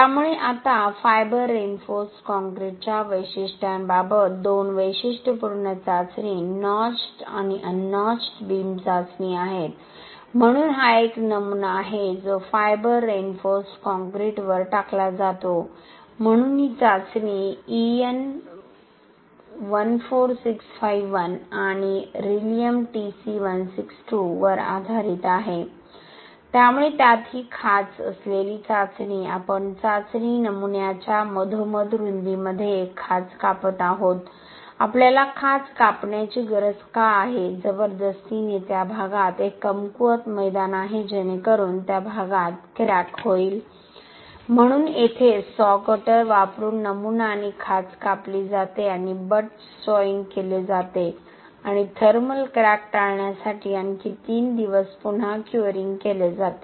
त्यामुळे आता fibre reinforced काँक्रीटच्या वैशिष्ट्यांबाबत दोन वैशिष्ट्यपूर्ण चाचणी नॉच्ड आणि अन नॉच्ड बीम चाचणी आहेत म्हणून हा एक नमुना आहे जो फायबर रिइन्फोर्स्ड काँक्रीटवर टाकला जातो म्हणून ही चाचणी EN 14651 आणि Rilem TC 162 वर आधारित आहे त्यामुळे त्यात ही नॉच असलेली चाचणी आपण चाचणी नमुन्याच्या मधोमध रुंदीमध्ये एक नॉच कापत आहोत आपल्याला खाच कापण्याची गरज का आहे जबरदस्तीने त्या भागात एक कमकुवत मैदान आहे जेणेकरून त्या भागात क्रॅक होईल म्हणून येथे सॉ कटर वापरून नमुना आणि खाच कापली जाते आणि बट सॉइंग केले जाते आणि थर्मल क्रॅक टाळण्यासाठी आणखी तीन दिवस पुन्हा क्युअरिंग केले जाते